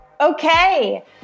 Okay